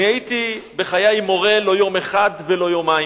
בחיי הייתי מורה לא יום אחד ולא יומיים,